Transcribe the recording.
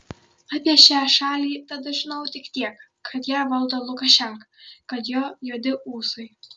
apie šią šalį tada žinojau tik tiek kad ją valdo lukašenka kad jo juodi ūsai